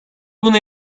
buna